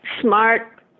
smart